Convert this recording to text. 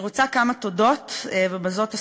אני רוצה לומר כמה תודות, ובזאת אסיים.